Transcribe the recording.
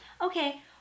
okay